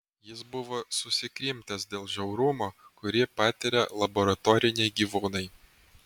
jis buvo susikrimtęs dėl žiaurumo kurį patiria laboratoriniai gyvūnai